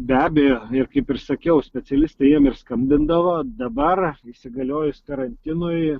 be abejo ir kaip ir sakiau specialistai jiem ir skambindavo dabar įsigaliojus karantinui